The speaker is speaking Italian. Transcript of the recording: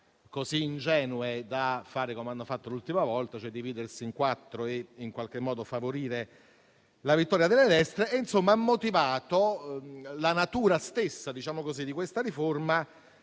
così ingenue da fare come hanno fatto l'ultima volta, cioè dividersi in quattro e in qualche modo favorire la vittoria delle destre. Insomma, ha motivato la natura stessa di questa riforma